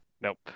Nope